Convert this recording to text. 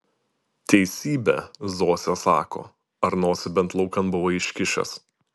teisybę zosė sako ar nosį bent laukan buvai iškišęs